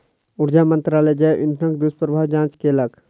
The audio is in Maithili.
ऊर्जा मंत्रालय जैव इंधनक दुष्प्रभावक जांच केलक